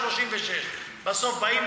36. בסוף באים,